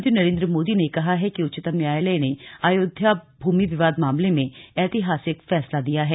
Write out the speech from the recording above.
प्रधानमंत्री नरेन्द्र मोदी ने कहा है कि उच्चतम न्यायालय ने अयोध्या भूमि विवाद मामले में ऐतिहासिक फैसला दिया है